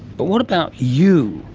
but what about you?